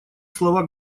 слова